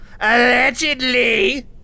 Allegedly